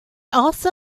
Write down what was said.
also